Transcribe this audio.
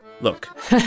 Look